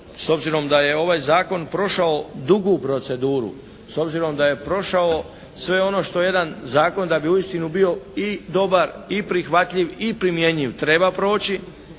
s obzirom da je ovaj zakon prošao dugu proceduru. S obzirom da je prošao sve ono što jedan zakon da bi uistinu bio i dobar i prihvatljiv i primjenjiv treba proći,